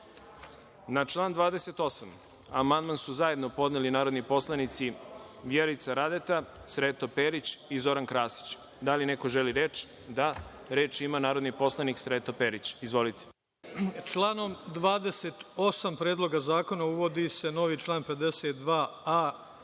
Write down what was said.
član 28. amandman su zajedno podneli narodni poslanici Vjerica Radeta, Sreto Perić i Zoran Krasić. Da li neko želi reč? (Da.)Reč ima narodni poslanik Sreto Perić. Izvolite. **Sreto Perić** Članom 28. Predloga zakona uvodi se novi član